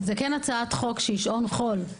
זה הצעת חוק שהיא שעון חול,